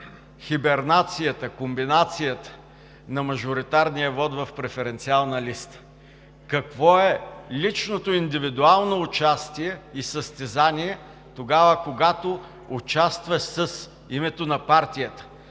и какво е комбинацията на мажоритарния вот в преференциална листа, какво е личното индивидуално участие и състезание, когато участваш с името на партията,